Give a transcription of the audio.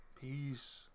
peace